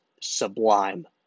sublime